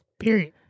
period